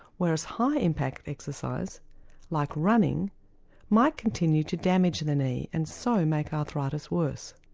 whereas high impact exercise like running might continue to damage the knee and so make arthritis worse.